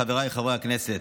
חבריי חברי הכנסת,